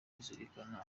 kuzirikana